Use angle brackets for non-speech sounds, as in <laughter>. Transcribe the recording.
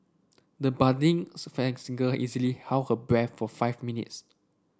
the budding <unintelligible> singer easily held her breath for five minutes